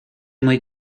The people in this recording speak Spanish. muy